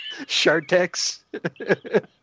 Shartex